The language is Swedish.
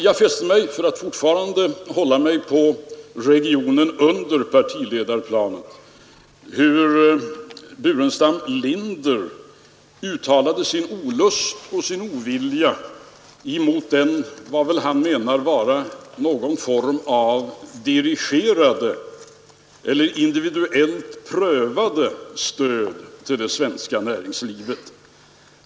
Jag fäste mig, för att fortfarande hålla mig på regionen under partiledarplanet, vid hur herr Burenstam Linder uttalade sin olust inför och sin ovilja mot vad han anser vara någon form av dirigerat eller individuellt prövat stöd åt det svenska näringslivet.